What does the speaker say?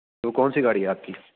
تو کون سی گاڑی ہے آپ کی